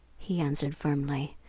he answered firmly,